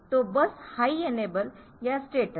तो बस high enable या स्टेटस